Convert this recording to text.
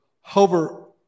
hover